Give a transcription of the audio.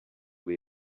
dei